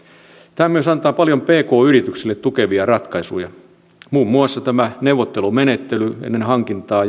tämä myös antaa paljon pk yrityksiä tukevia ratkaisuja muun muassa tämä neuvottelumenettely ennen hankintaa